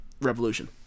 Revolution